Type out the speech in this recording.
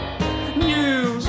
news